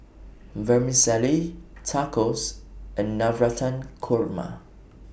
Vermicelli Tacos and Navratan Korma